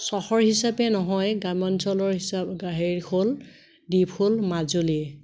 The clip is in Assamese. চহৰ হিচাপে নহয় গ্ৰাম্যাঞ্চলৰ হিচাপে হ'ল দ্বীপ হ'ল মাজুলী